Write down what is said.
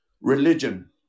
religion